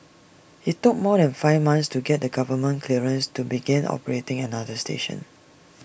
IT took more than five months to get A government clearances to begin operating another station